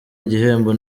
igihembo